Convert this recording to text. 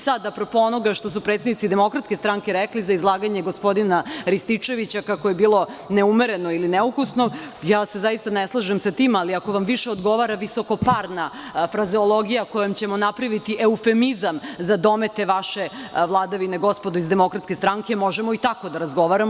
Sada, a pro po onoga što su predsednici DS rekli za izlaganje gospodina Rističevića, kako je bilo neumereno ili neukusno, ja se zaista ne slažem sa tim, ali ako vam više odgovara visokoparna fraziologija, kojom ćemo napraviti eufemizam za domete vaše vladavine, gospodo iz DS, možemo i tako da razgovaramo.